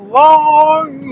long